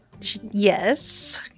Yes